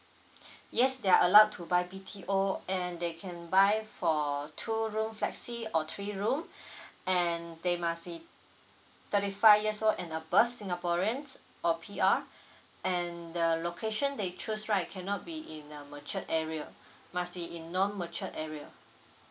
yes they're allowed to buy B_T_O and they can buy for two room flexi or three room and they must be thirty five years old and above singaporeans or P_R and the location they choose right cannot be in a matured area must be in non matured area